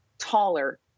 taller